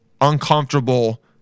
uncomfortable